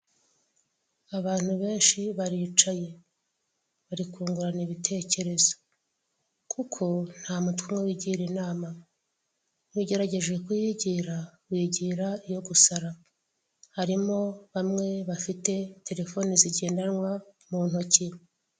Abantu benshi baricaye, bari kungurana ibitekerezo. Kuko nta mutwe umwe wigira inama, iyo ugerageje kuyigira, wigira iyo gusara, harimo bamwe bafite telefoni zigendanwa mu ntoki